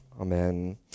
Amen